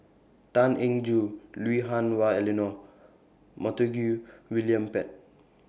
Tan Eng Joo Lui Hah Wah Elena Montague William Pett